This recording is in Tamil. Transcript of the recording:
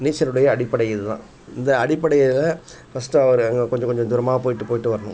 நீச்சலுடைய அடிப்படை இது தான் இந்த அடிப்படையை ஃபர்ஸ்ட்டு அவர் அங்கே கொஞ்ச கொஞ்சம் தூரமாக போய்விட்டு போய்விட்டு வரணும்